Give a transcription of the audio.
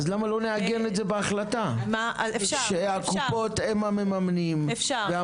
אז למה לא נעגן את זה בהחלטה שהקופות הן המממנים והמפעילים?